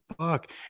Fuck